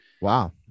Wow